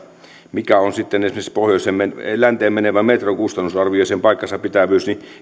mikä on sitten esimerkiksi länteen menevän metron kustannusarvion paikkansapitävyys